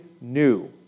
new